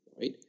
right